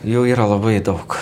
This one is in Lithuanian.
jų yra labai daug